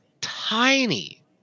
tiny